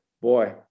Boy